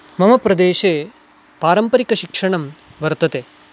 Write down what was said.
मम प्रदेशे पारम्परिकशिक्षणं वर्तते